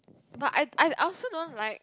but I I also don't like